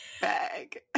bag